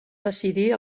decidir